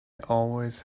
always